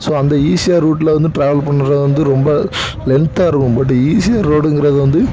so அந்த ECR ரூட்டில் வந்து ட்ராவல் பண்ணுறது வந்து ரொம்ப லென்த்தாயிருக்கும் பட்டு ஈசிஆர் ரோடுங்கிறது வந்து